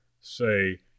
say